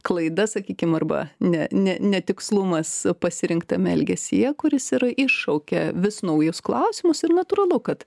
klaida sakykim arba ne ne netikslumas pasirinktame elgesyje kuris tai yra iššaukia vis naujus klausimus ir natūralu kad